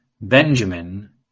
Benjamin